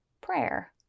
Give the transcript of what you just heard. prayer